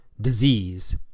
disease